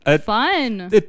fun